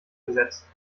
gesetz